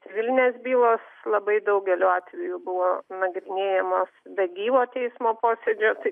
civilinės bylos labai daugeliu atvejų buvo nagrinėjamos be gyvo teismo posėdžio tai